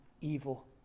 evil